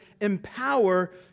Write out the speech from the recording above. empower